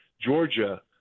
Georgia